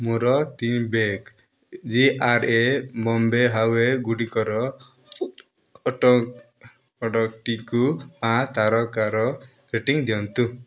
ମୋର ତିନି bag G R A Bombay ହାୱେ ଗୁଡ଼ିକର ଅଟକ ଅର୍ଡ଼ର୍ଟିକୁ ତାରକାର ରେଟିଂ ଦିଅନ୍ତୁ